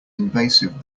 invasive